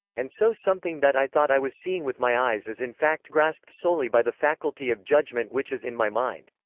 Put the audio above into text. and so something that i thought i was seeing with my eyes is in fact grasped solely by the faculty of judgment which is in my mind.